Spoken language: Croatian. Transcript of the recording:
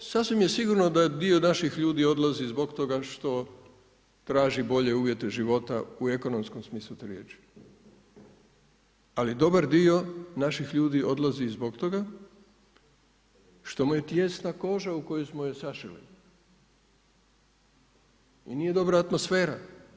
Znate jer sasvim je sigurno da dio naših ljudi odlazi zbog toga što traži bolje uvjete života u ekonomskom smislu te riječi ali dobar dio naših ljudi odlazi zbog toga što mu je tijesna koža u koju smo je sašili i nije dobra atmosfera.